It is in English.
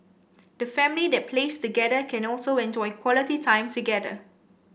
the family that plays together can also enjoy quality time together